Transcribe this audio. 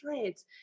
threads